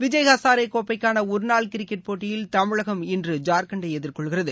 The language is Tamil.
விஜய் ஹசாரே கோப்பைக்கான ஒருநாள் கிரிக்கெட் போட்டியில் தமிழகம் இன்று ஜார்க்கண்டை எதிர்கொள்கிறது